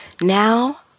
now